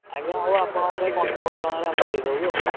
ଆଜ୍ଞା ହଉ ଆପଣଙ୍କ ପାଇଁ ପଞ୍ଚାବନ ଟଙ୍କାରେ ଆମେ ଦେଇଦେବୁ ଆଉ